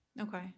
okay